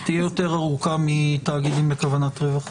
תהיה יותר ארוכה מתאגידים לכוונת רווח.